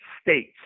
states